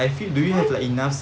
!huh!